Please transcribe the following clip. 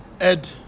Ed